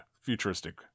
futuristic